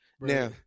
Now